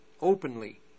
openly